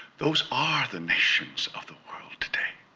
those are the nations of the world today.